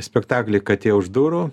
spektaklį katė už durų